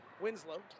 Winslow